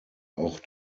auch